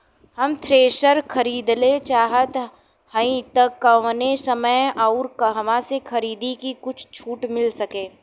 हम थ्रेसर खरीदल चाहत हइं त कवने समय अउर कहवा से खरीदी की कुछ छूट मिल सके?